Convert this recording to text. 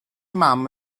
mam